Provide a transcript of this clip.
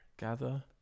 Gather